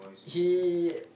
he